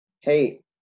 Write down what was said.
hey